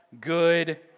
good